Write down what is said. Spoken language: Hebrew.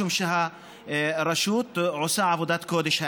משום שהרשות עושה עבודת קודש.